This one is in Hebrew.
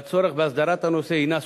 על-פי פקודת העיריות ופקודת המועצות